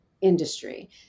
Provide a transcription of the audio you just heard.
industry